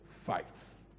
fights